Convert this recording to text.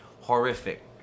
horrific